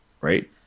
right